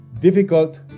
difficult